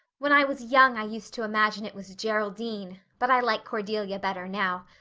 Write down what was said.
when i was young i used to imagine it was geraldine, but i like cordelia better now.